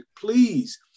Please